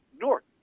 North